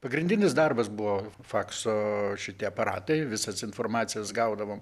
pagrindinis darbas buvo fakso šitie aparatai visas informacijas gaudavom